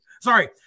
Sorry